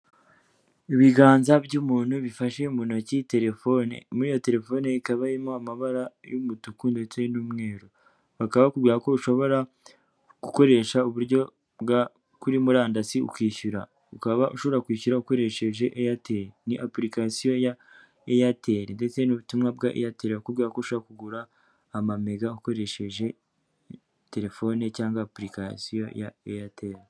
Ibiganza by'umuntu bifashe mu ntoki terefone. Muri iyo telefone ikaba irimo amabara y'umutuku ndetse n'umweru . Bakaba bakubwira ko ushobora gukoresha uburyo bwo kuri murandasi ukishyura .Ukaba ushobora kwishyura ukoresheje airtel , ni apurikasiyo ya airtel ndetse n'ubutumwa bwa airtel bakubwira ko ushaka kugura amamega ukoresheje terefone cyangwa apurikasiyo ya airtel.